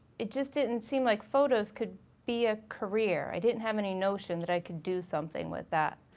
it just didn't seem like photos could be a career, i didn't have any notion that i could do something with that.